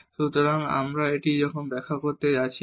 সুতরাং আমি এখন এটি ব্যাখ্যা করতে যাচ্ছি না